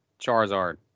Charizard